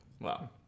Wow